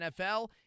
NFL